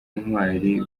intwari